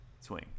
Swing